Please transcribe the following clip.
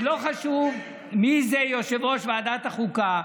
לא חשוב מי זה יושב-ראש ועדת החוקה,